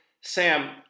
Sam